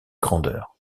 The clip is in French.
grandeur